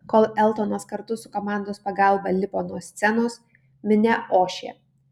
kol eltonas kartu su komandos pagalba lipo nuo scenos minia ošė